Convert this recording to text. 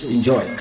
Enjoy